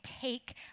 take